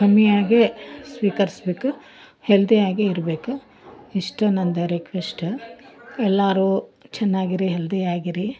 ಕಮ್ಮಿಯಾಗೆ ಸ್ವೀಕರಿಸಬೇಕು ಹೆಲ್ದಿಯಾಗೆ ಇರಬೇಕು ಇಷ್ಟೆ ನನ್ನದು ರಿಕ್ವೆಸ್ಟ್ ಎಲ್ಲಾರು ಚೆನ್ನಾಗಿರಿ ಹೆಲ್ದಿಯಾಗಿರಿ